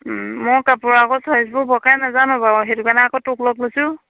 মই কাপোৰৰ আকৌ চইছবোৰ বৰকে নাজানো বাৰু সেইটো কাৰণে আকৌ তোক লগ লৈছোঁ